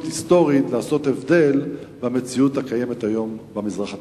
היסטורית לעשות שינוי במציאות הקיימת היום במזרח התיכון.